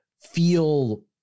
feel